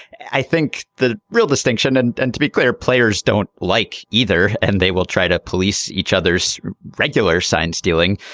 i think the real distinction and and to be clear players don't like either and they will try to police each other's regular sign stealing.